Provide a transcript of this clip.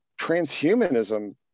transhumanism